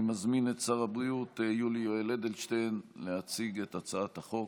אני מזמין את שר הבריאות יולי יואל אדלשטיין להציג את הצעת החוק.